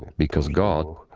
because god,